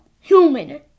human